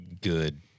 good